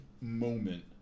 moment